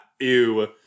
ew